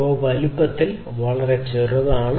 അവ വലുപ്പത്തിൽ വളരെ ചെറുതാണ്